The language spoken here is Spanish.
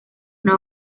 una